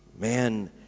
Man